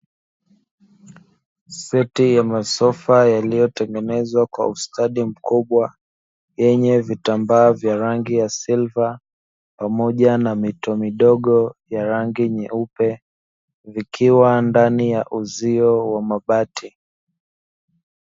Seti ya masofa yaliyotengenezwa kwa ustadi mkubwa yenye vitambaa vya rangi ya silva pamoja na mito midogo ya rangi nyeupe, vikiwa ndani ya uzio wa mabati.